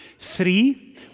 Three